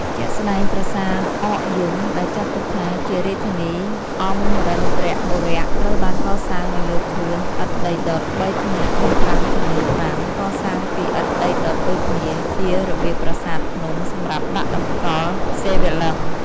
ជាក់ស្ដែង ប្រាសាទអកយំ ដែលចាត់ទុកថាជារាជធានីអមរិន្ទ្របុរៈ ត្រូវបានកសាងនៅលើខឿនឥដ្ឋដីដុត ៣ ថ្នាក់ មានប្រាង្គចំនួន ៥ កសាងពីឥដ្ឋដីដុតដូចគ្នា ជារបៀបប្រាសាទភ្នំសម្រាប់ដាក់តម្កល់សិវលិង្គ។